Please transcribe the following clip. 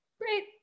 Great